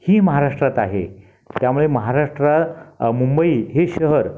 ही महाराष्ट्रात आहे त्यामुळं महाराष्ट्र मुंबई हे शहर